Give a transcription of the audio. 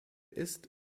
ist